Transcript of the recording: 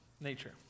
nature